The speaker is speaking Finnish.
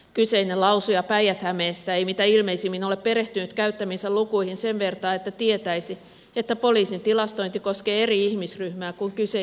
kyseinen lausuja päijät hämeestä ei mitä ilmeisimmin ole perehtynyt käyttämiinsä lukuihin sen vertaa että tietäisi että poliisin tilastointi koskee eri ihmisryhmää kuin kyseinen lakiesitys